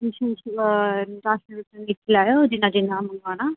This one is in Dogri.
दिक्खी लैओ जिन्ना जिन्ना मंगवाना